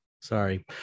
sorry